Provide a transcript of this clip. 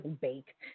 bake